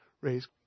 raise